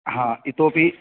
हा इतोऽपि